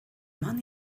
man